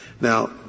Now